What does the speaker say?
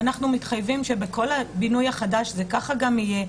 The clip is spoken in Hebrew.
ואנחנו מתחייבים שבכל הבינוי החדש זה ככה גם יהיה.